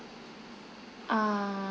ah